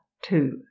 two